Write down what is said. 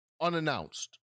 unannounced